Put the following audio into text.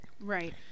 Right